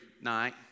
night